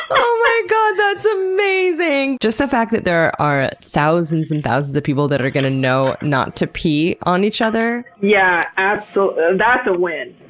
oh my god. that's amazing! just the fact that there are thousands and thousands of people that are going to know not to pee on each other, yeah that's a win!